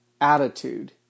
attitude